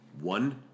one